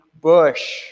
bush